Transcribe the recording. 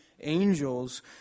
angels